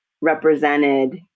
represented